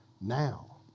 now